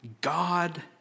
God